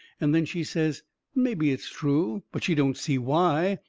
and then she says mebby it is true, but she don't see why,